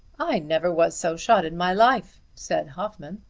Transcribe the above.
i never was so shot in my life, said hoffmann.